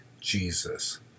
Jesus